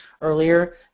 earlier